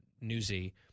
newsy